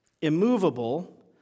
immovable